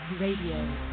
Radio